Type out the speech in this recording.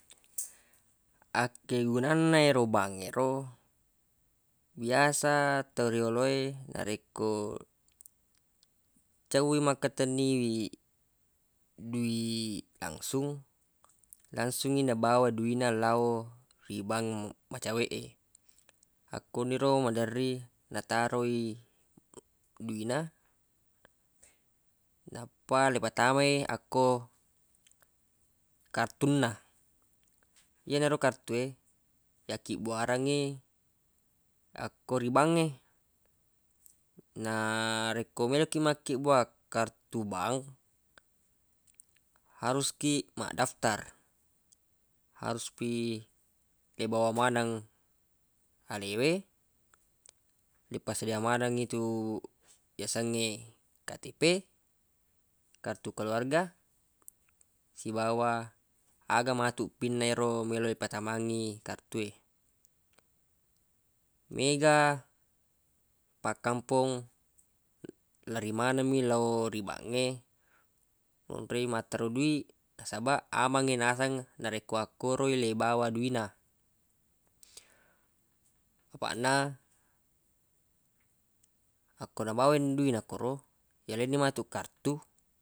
Akkegunanna yero bangnge ro biasa to riolo e narekko cau i makketenniwi dui langsung langsungngi nabawa dui na lao ri bang macaweq e akko niro maderri nataroi dui na nappa le patamai akko kartunna yenaro kartu e yakkibbuarangnge akko ri bangnge na rekko meloq ki makkibbua kartu bang harus ki ma daftar harus pi le bawa maneng alewe ripassedia manengngi tu yasengnge KTP kartu keluarga sibawa aga matu pinnero meloq ipatamangngi ero kartu e mega pakkampong lari maneng mi lo ri bangnge nonro mattaro dui nasabaq amangngi naseng narekko akkoro i le bawa dui na afaq na akko nabawa ni dui na akkoro yaleng ni matu kartu.